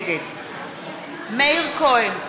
נגד מאיר כהן,